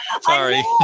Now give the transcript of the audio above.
Sorry